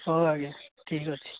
ହଉ ଆଜ୍ଞା ଠିକ ଅଛି